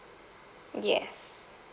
yes